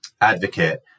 advocate